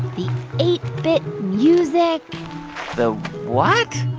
the eight bit music the what?